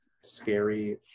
Scary